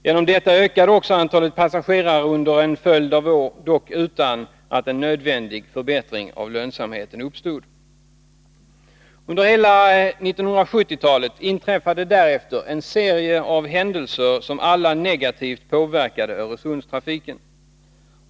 Genom detta ökade också antalet passagerare under en följd av år, dock utan att en nödvändig förbättring av lönsamheten uppstod. Under hela 1970-talet inträffade därefter en serie av händelser som alla negativt påverkade Öresundstrafiken.